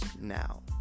now